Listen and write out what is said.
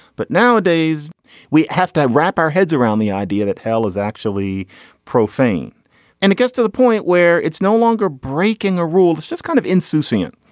but nowadays we have to wrap our heads around the idea that hell is actually profane and it gets to the point where it's no longer breaking a rule. it's just kind of insouciant.